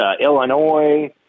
illinois